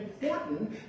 important